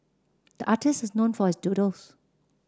the artist is known for his doodles